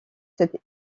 cet